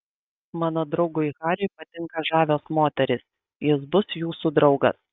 mano draugui hariui patinka žavios moterys jis bus jūsų draugas